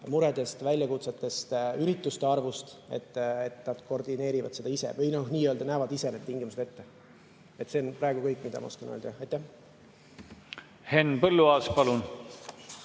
muredest, väljakutsetest ja ürituste arvust ning koordineerida seda ise. Nad ise nii-öelda näevad need tingimused ette. See on praegu kõik, mida ma oskan öelda. Henn